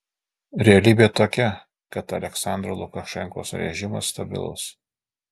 realybė tokia kad aliaksandro lukašenkos režimas stabilus